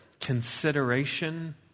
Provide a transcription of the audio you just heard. consideration